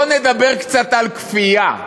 בוא נדבר קצת על כפייה,